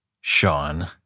Sean